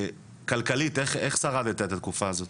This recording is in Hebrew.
כלכלית, איך שרדת את התקופה הזאת?